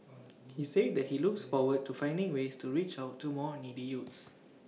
he said that he looks forward to finding ways to reach out to more needy youths